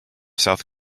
south